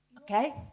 okay